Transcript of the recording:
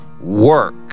work